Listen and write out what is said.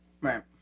Right